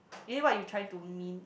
is it what you try to mean